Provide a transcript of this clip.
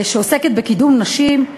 שעוסקת בקידום נשים.